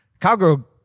Cowgirl